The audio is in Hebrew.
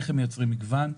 איך הם מייצרים מגוון?